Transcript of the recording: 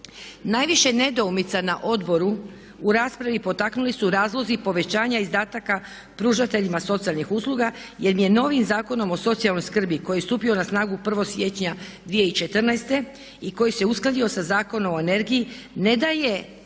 Najviše nedoumica na odboru u raspravi potaknuli su razlozi povećanja izdataka pružateljima socijalnih usluga jer im je novim Zakonom o socijalnoj skrbi koji je stupio na snagu 1. siječnja 2014. i koji se uskladio sa Zakonom o energiji ne daje